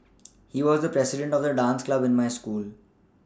he was the president of the dance club in my school